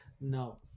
No